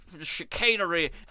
chicanery